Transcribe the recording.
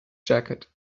jacket